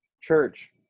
church